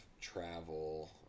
travel